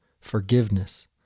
forgiveness